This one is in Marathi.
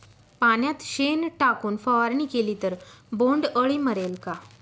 पाण्यात शेण टाकून फवारणी केली तर बोंडअळी मरेल का?